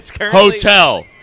Hotel